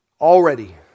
already